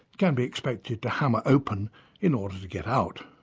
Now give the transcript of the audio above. can be expected to hammer open in order to get out.